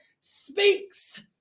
speaks